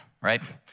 right